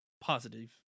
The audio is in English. positive